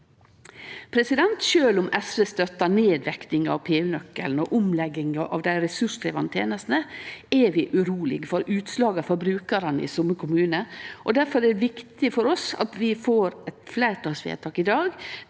Sjølv om SV støttar nedvektinga av PU-nøkkelen og omlegginga av dei ressurskrevjande tenestene, er vi urolege for utslaga for brukarane i somme kommunar. Difor er det viktig for oss at vi får eit fleirtalsvedtak i dag